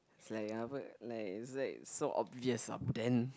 like like it's like so obvious abuden